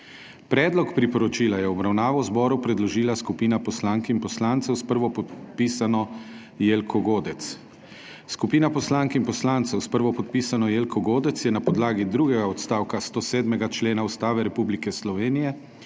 Predlog priporočila je v obravnavo zboru predložila skupina poslank in poslancev s prvopodpisano Jelko Godec. Skupina poslank in poslancev s prvopodpisano Jelko Godec je na podlagi drugega odstavka 107. člena Ustave Republike Slovenije